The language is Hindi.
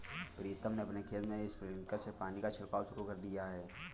प्रीतम ने अपने खेत में स्प्रिंकलर से पानी का छिड़काव शुरू कर दिया है